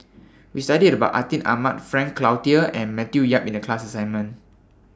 We studied about Atin Amat Frank Cloutier and Matthew Yap in The class assignment